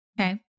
Okay